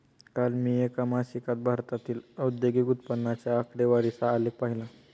काल मी एका मासिकात भारतातील औद्योगिक उत्पन्नाच्या आकडेवारीचा आलेख पाहीला